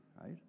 right